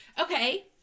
Okay